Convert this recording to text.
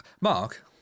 Mark